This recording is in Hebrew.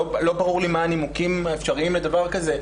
לא ברורים לי מה הנימוקים האפשריים לדבר כזה.